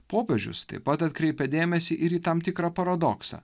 popiežius taip pat atkreipia dėmesį ir į tam tikrą paradoksą